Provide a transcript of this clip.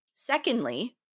Secondly